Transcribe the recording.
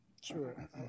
Sure